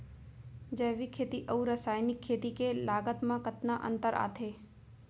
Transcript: जैविक खेती अऊ रसायनिक खेती के लागत मा कतना अंतर आथे?